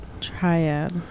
triad